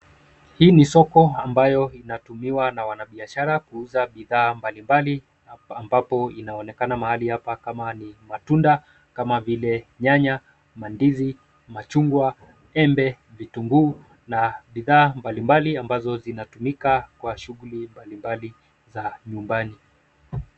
Hii ni soko ambayo inatumiwa na wana biashara kuuza bidhaa mbalimbali ambapo inaonekana mahali hapa kama ni matunda kama vile nyanya, mandizi machungwa embe vitungu na bidhaa mbalimbali ambazo zinatumika kwa shughuli mbalimbali za nyumbani.